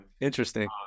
interesting